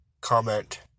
comment